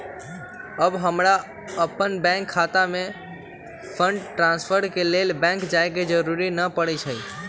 अब हमरा अप्पन बैंक खता में फंड ट्रांसफर के लेल बैंक जाय के जरूरी नऽ परै छइ